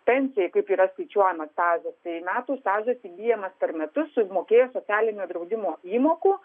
pensijai kaip yra skaičiuojamas stažas tai metų stažas įgyjamas per metus sumokėjus socialinio draudimo įmokų